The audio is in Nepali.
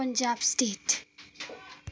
पन्जाब स्टेट